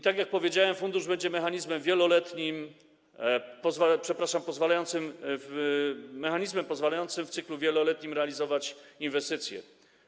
Tak jak powiedziałem, fundusz będzie mechanizmem wieloletnim, przepraszam, mechanizmem pozwalającym w cyklu wieloletnim realizować inwestycje.